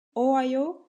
ohio